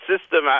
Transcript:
system